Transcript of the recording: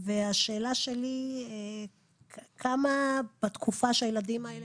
השאלה שלי היא כמה בתקופה שהילדים האלה